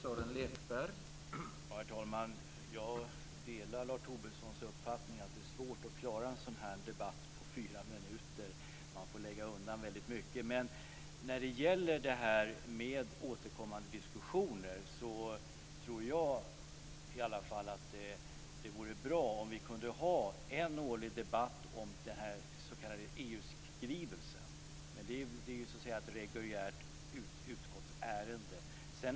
Herr talman! Jag delar Lars Tobissons uppfattning att det är svårt att klara en sådan här debatt med fyra minuter långa anföranden. Det är mycket som man inte hinner ta upp. Men jag tror att det vore bra om vi kunde ha en årlig debatt om den s.k. EU-skrivelsen. Det är ju ett reguljärt utskottsärende.